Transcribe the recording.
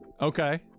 Okay